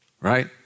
right